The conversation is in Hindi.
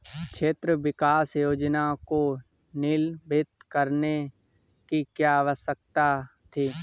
क्षेत्र विकास योजना को निलंबित करने की क्या आवश्यकता थी?